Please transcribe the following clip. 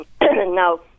Now